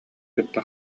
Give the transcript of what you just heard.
кытта